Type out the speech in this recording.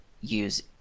use